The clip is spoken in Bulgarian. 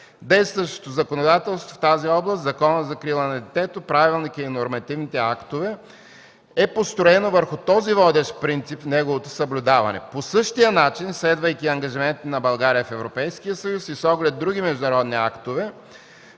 Действащото законодателство в тази област – Законът за закрила на детето, правилника и нормативните актове по неговото прилагане е построено върху този водещ принцип и неговото съблюдаване. По същия начин, следвайки ангажиментите на България в Европейския съюз и с оглед други международни актове,